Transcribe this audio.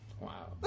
Wow